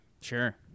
Sure